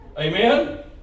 Amen